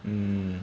mm